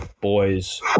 boys